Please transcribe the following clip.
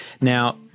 Now